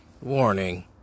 Warning